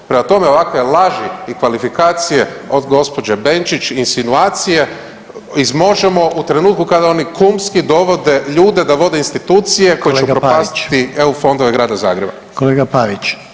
Prema tome, ovakve laži i kvalifikacije od gđe. Benčić i insinuacije iz Možemo! u trenutku kada oni kumski dovode ljude da vode institucije koji će upropastiti [[Upadica: Kolega Pavić.]] EU fondove Grada Zagreba.